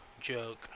joke